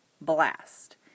blast